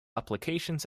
applications